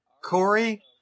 Corey